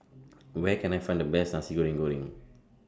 Where Can I Find The Best Nasi Goreng Kerang